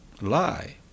Lie